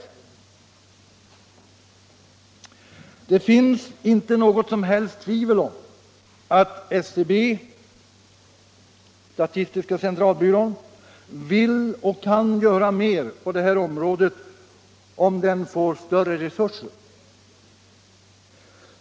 Det råder inte något som helst tvivel om att SCB vill och kan göra mer på det här området, om SCB får större resurser.